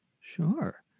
sure